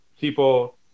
people